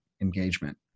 engagement